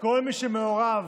כל מי שמעורב